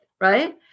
right